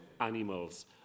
animals